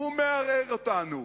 הוא מערער אותנו,